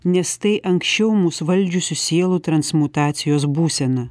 nes tai anksčiau mus valdžiusių sielų transmutacijos būsena